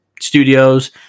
Studios